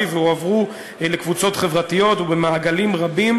והועברו לקבוצות חברתיות במעגלים רבים,